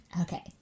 Okay